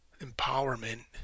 empowerment